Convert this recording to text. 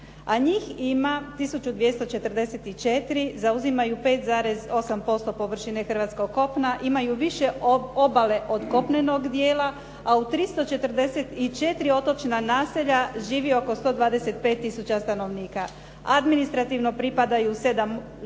a njih ima 1244. Zauzimaju 5,8% površine hrvatskog kopna. Imaju više obale od kopnenog dijela, a u 344 otočna naselja živi oko 125000 stanovnika. Administrativno pripadaju sedam